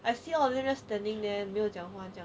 I see all of them standing there 没有讲话讲这样